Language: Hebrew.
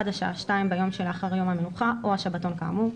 עד השעה 2:00 ביום שלאחר מכן יום המנוחה או השבתון כאמור.